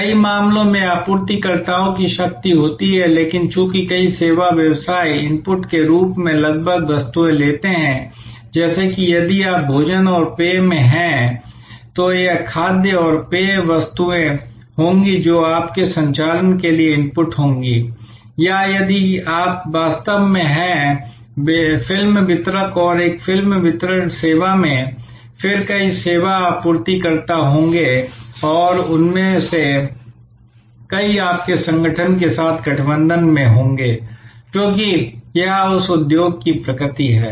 कई मामलों में आपूर्तिकर्ताओं की शक्ति होती है लेकिन चूंकि कई सेवा व्यवसाय इनपुट के रूप में लगभग वस्तुएं लेते हैं जैसे कि यदि आप भोजन और पेय में हैं तो यह खाद्य और पेय वस्तु वस्तुएं होंगी जो आपके संचालन के लिए इनपुट होंगी या यदि आप वास्तव में हैं फिल्म वितरक और एक फिल्म वितरण सेवा में फिर कई सेवा आपूर्तिकर्ता होंगे और उनमें से कई आपके संगठन के साथ गठबंधन में होंगे क्योंकि यह उस उद्योग की प्रकृति है